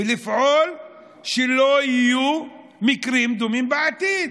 ולפעול שלא יהיו מקרים דומים בעתיד.